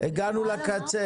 באיחוד האירופי יש הסכם